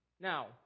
Now